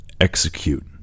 execute